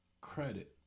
Credit